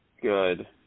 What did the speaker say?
Good